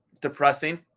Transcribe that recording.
depressing